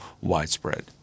widespread